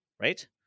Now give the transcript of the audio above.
right